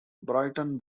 brighton